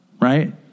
right